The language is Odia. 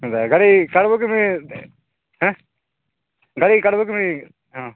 ଗାଡ଼ି ଛାଡ଼ିବ କେମିତ୍ ହେଁ ଗାଡ଼ି କାଢ଼ିବ କେମିତ୍ ହଁ